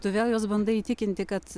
tu vėl juos bandai įtikinti kad